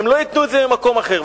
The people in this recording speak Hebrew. הם לא יקנו את זה ממקום אחר.